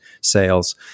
sales